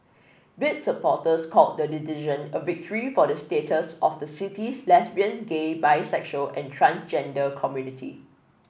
bid supporters called the decision a victory for the status of the city's lesbian gay bisexual and transgender community